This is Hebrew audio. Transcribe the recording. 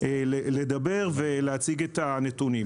לדבר ולהציג את הנתונים.